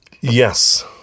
Yes